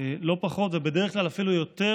לא פחות, ובדרך כלל אפילו יותר,